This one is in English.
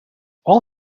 all